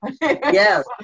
Yes